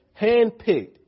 handpicked